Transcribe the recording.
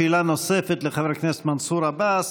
שאלה נוספת לחבר הכנסת מנסור עבאס,